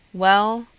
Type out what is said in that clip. well,